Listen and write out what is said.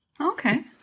Okay